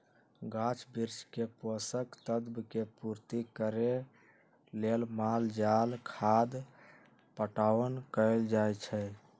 गाछ वृक्ष के पोषक तत्व के पूर्ति करे लेल माल जाल खाद पटाओन कएल जाए छै